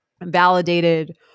validated